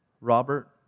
Robert